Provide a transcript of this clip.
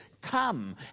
Come